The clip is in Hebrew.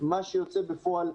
מה שיוצא בפועל.